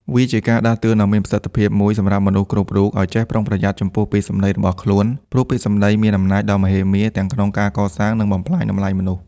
វាជាការដាស់តឿនដ៏មានប្រសិទ្ធភាពមួយសម្រាប់មនុស្សគ្រប់រូប ឱ្យចេះប្រុងប្រយ័ត្នចំពោះពាក្យសម្ដីរបស់ខ្លួន ព្រោះពាក្យសម្ដីមានអំណាចដ៏មហិមា ទាំងក្នុងការកសាង និងបំផ្លាញតម្លៃមនុស្ស។